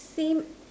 same